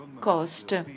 cost